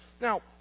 now